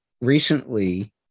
recently